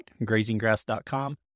grazinggrass.com